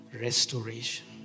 restoration